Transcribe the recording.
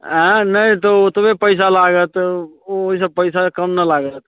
आयँ नहि तऽ ओतबे पैसा लागत ओ ओहिसँ पैसासँ कम नहि लागत